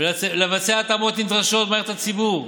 ולבצע את ההתאמות הנדרשות במערכות הציבור,